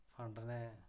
फंडने